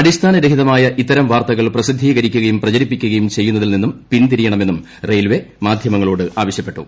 അടിസ്ഥാന രഹിതമായ ഇത്തരം വാർത്തകൾ പ്രസിദ്ധീകരിക്കുകയും പ്രചരിപ്പിക്കുകയും ചെയ്യുന്നതിൽ നിന്നും പിൻതിരിയണമെന്നും റെയിൽവേ മാധ്യമങ്ങളോട് ആവശ്യപ്പെട്ടു